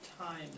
time